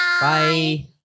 Bye